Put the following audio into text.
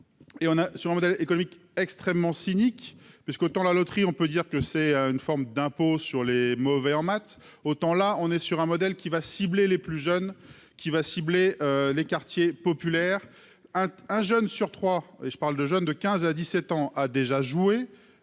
et on a, sur un modèle économique extrêmement cynique parce qu'autant la loterie, on peut dire que c'est une forme d'impôt sur les mauvais en maths, autant là, on est sur un modèle qui va cibler les plus jeunes qui va cibler les quartiers populaires, un jeune sur 3 et je parle de jeunes de 15 à 17 ans, a déjà joué